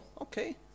okay